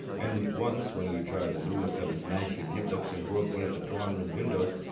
and once, when he tried the newest of his mashie-niblicks and broke one of the drawing-room windows,